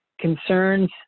concerns